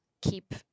keep